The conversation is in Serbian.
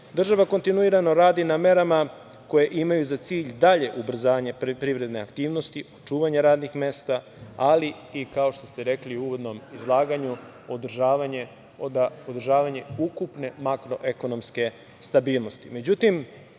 pomoći. Država kontinuirano radi na merama koje imaju za cilj dalje ubrzavanje privredne aktivnosti, očuvanje radnih mesta, ali i kao što ste rekli u uvodnom izlaganju održavanje ukupno makroekonomske stabilnost.Međutim,